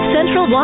Central